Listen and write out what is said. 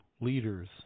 leaders